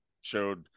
showed